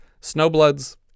Snowblood's